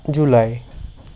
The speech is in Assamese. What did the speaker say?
জুলাই